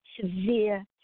severe